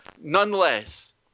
Nonetheless